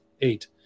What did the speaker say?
Eight